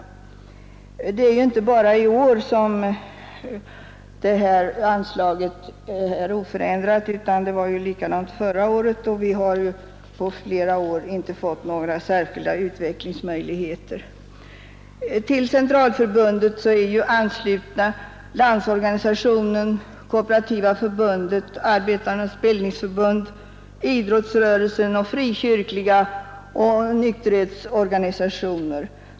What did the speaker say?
Inte bara i år utan även förra året har anslaget till CAN förblivit oförändrat, och organet har under flera år inte fått några särskilda utvecklingsmöjligheter. Till CAN är anslutna LO, Kooperativa förbundet, Arbetarnas bildningsförbund, idrottsrörelsen, frikyrkliga organisationer och nykterhetsorganisationer.